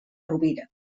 rovira